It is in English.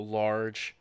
large